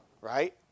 right